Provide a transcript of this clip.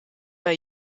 bei